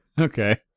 Okay